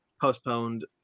postponed